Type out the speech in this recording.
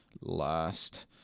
last